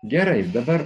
gerai dabar